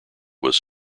was